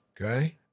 Okay